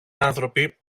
άνθρωποι